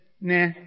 nah